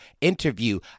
interview